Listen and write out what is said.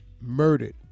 murdered